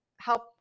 help